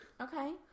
Okay